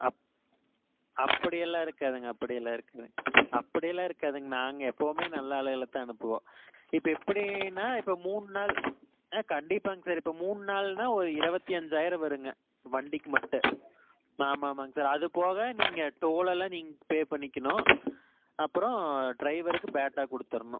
அப் அப்படியெல்லாம் இருக்காதுங்க அப்படியெல்லாம் இருக்காது அப்படியெல்லாம் இருக்காதுங்க நாங்கள் எப்பவும் நல்ல ஆளுகளை தான் அனுப்புவோம் இப்போ எப்படின்னா இப்போ மூணு நாள் ஆ கண்டிப்பாங்க சார் இப்போ மூணு நாள்னா ஒரு இருபத்தி அஞ்சாயிரம் வருங்க வண்டிக்கு மட்டும் ஆமா ஆமாங்க சார் அது போக நீங்கள் டோலெல்லாம் நீங்கள் பே பண்ணிக்கணும் அப்புறம் ட்ரைவருக்கு பேட்டா கொடுத்துறணும்